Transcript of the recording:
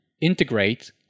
integrate